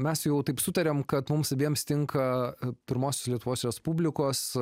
mes jau taip sutarėm kad mums abiems tinka pirmosios lietuvos respublikos